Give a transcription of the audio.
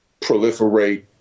proliferate